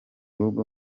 rugo